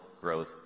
growth